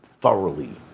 thoroughly